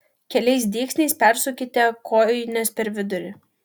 keliais dygsniais persiūkite kojines per vidurį